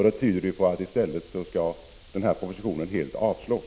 Det tyder på att propositionen helt bör avslås.